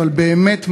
אבל באמת,